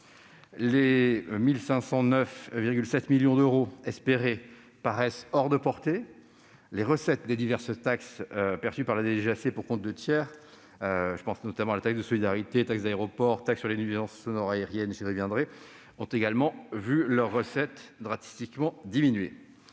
Les 1 509,7 millions d'euros espérés paraissent hors de portée. Les recettes des diverses taxes perçues par la DGAC pour compte de tiers- taxe de solidarité, taxe d'aéroport, taxe sur les nuisances sonores aériennes -ont également vu leurs recettes drastiquement diminuer.